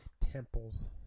temples